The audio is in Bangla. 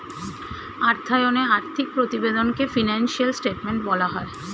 অর্থায়নে আর্থিক প্রতিবেদনকে ফিনান্সিয়াল স্টেটমেন্ট বলা হয়